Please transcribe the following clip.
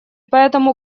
поэтому